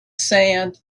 sand